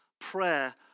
prayer